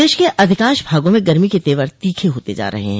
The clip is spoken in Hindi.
प्रदेश के अधिकांश भागों में गर्मी के तेवर तीखे होते जा रहे हैं